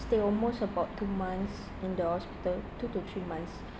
stay almost about two months in the hospital two to three months